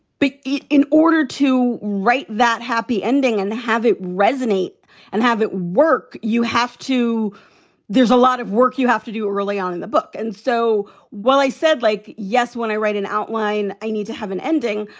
but in order to write that happy ending and to have it resonate and have it work, you have to there's a lot of work you have to do early on in the book. and so while i said like, yes, when i write an outline, i need to have an ending.